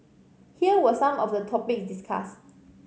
here were some of the topics discussed